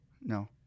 No